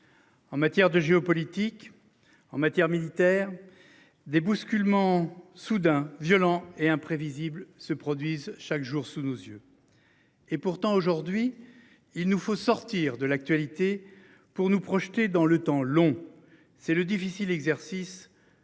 En matière de géopolitique en matière militaire. Des bouscule ment soudain violents et imprévisibles se produisent chaque jour sous nos yeux. Et pourtant aujourd'hui il nous faut sortir de l'actualité pour nous projeter dans le temps long. C'est le difficile exercice